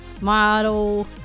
Model